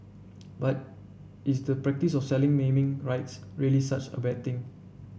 but is the practice of selling naming rights really such a bad thing